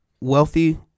wealthy